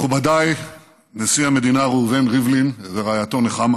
מכובדיי, נשיא המדינה ראובן ריבלין ורעייתו נחמה,